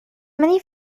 many